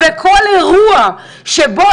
וכל אירוע שבו,